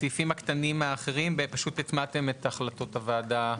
בסעיפים הקטנים האחרים פשוט הטמעתם את החלטות הוועדה,